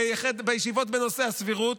בישיבות בנושא הסבירות,